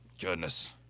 Goodness